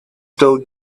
still